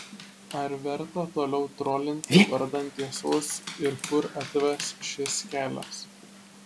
ar verta toliau trolinti vardan tiesos ir kur atves šis kelias